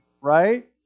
Right